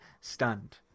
stunned